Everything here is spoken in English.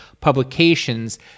publications